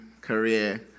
career